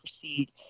proceed